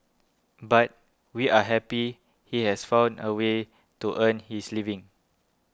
but we are happy he has found a way to earn his living